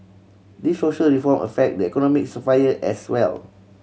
these social reform affect the economic sphere as well